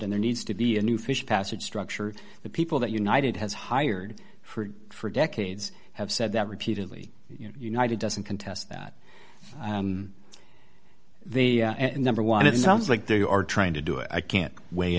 and there needs to be a new fish passage structure the people that united has hired for for decades have said that repeatedly united doesn't contest that and the number one it sounds like they are trying to do it i can't w